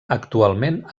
actualment